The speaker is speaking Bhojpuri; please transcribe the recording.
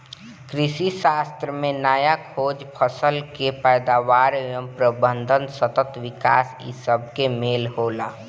कृषिशास्त्र में नया खोज, फसल कअ पैदावार एवं प्रबंधन, सतत विकास इ सबके मेल होला